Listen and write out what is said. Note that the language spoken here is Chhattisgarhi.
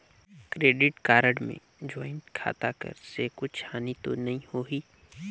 क्रेडिट कारड मे ज्वाइंट खाता कर से कुछ हानि तो नइ होही?